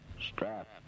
strap